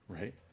right